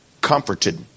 Comforted